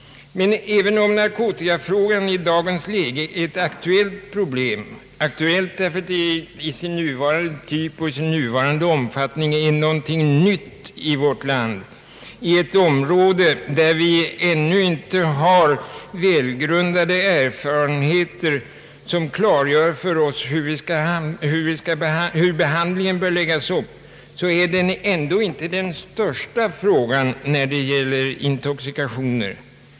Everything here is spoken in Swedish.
Även om narkotikafrågan i dag är ett aktuellt problem, aktuellt därför att den i sin nuvarande typ och omfattning är någonting nytt i vårt land — ett område där vi ännu inte har välgrundade erfarenheter som klargör för oss hur behandlingen bör läggas upp — är den ändå inte det största problemet när det gäller intoxikationer.